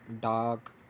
dark